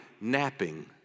napping